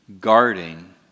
guarding